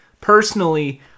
personally